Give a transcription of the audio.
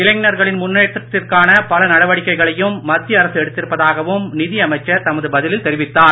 இளைஞ்களின் முன்னேற்றத்திற்கான பல நடவடிக்கைகளையும் மத்திய அரசு எடுத்திருப்பதாகவும் நிதியமைச்சர் தமது பதிலில் தெரிவித்தார்